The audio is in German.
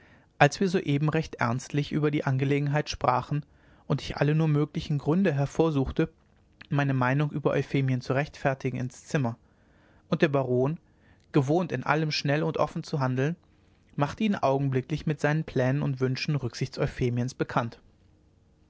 als wir soeben recht ernstlich über die angelegenheit sprachen und ich alle nur mögliche gründe hervorsuchte meine meinung über euphemien zu rechtfertigen ins zimmer und der baron gewohnt in allem schnell und offen zu handeln machte ihn augenblicklich mit seinen plänen und wünschen rücksichts euphemiens bekannt